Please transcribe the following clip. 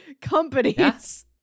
companies